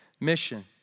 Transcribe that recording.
mission